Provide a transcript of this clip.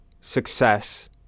success